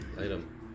Item